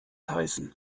heißen